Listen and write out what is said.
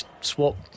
swap